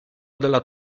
della